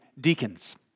deacons